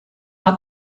hat